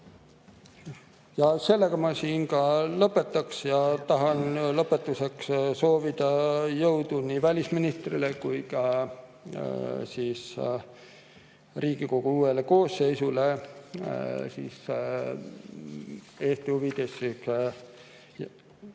Sellega ma siin ka lõpetaksin. Tahan lõpetuseks soovida jõudu nii välisministrile kui ka Riigikogu uuele koosseisule Eesti huvides